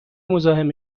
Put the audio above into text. مزاحم